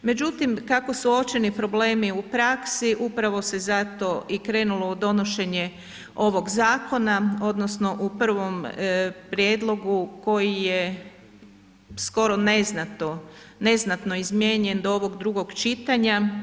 Međutim, kako su uočeni problemi u praksi upravo se zato i krenulo u donošenje ovog zakona odnosno u prvom prijedlogu koji je skoro neznatno izmijenjen do ovog drugog čitanja.